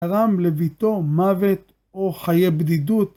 גרם לביתו מוות או חיי בדידות.